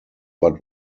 but